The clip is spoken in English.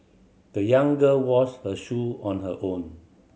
the young girl washed her shoe on her own